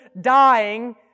dying